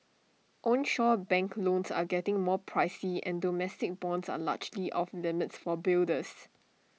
onshore bank loans are getting more pricey and domestic bonds are largely off limits for builders